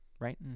Right